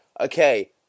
Okay